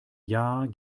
jahr